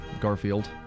Garfield